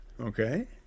Okay